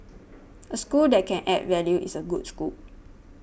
a school that can add value is a good school